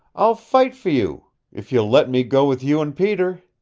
i'll fight for you if you'll let me go with you and peter!